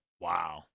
Wow